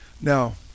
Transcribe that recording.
Now